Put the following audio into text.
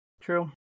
True